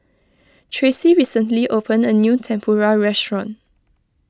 Tracey recently opened a new Tempura restaurant